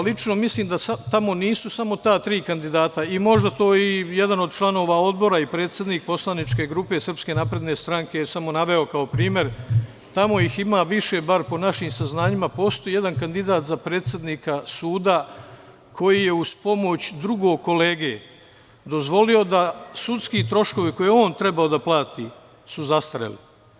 Lično mislim da tamo nisu samo ta tri kandidata, možda je tu i jedan od članova Odbora i predsednik Poslaničke grupe Srpske napredne stranke, samo sam naveo kao primer, tamo ih ima više, bar po našim saznanjima, postoji jedan kandidat za predsednika suda koji je uz pomoć drugog kolege dozvolio da sudski troškovi koje je on trebao da plati su zastareli.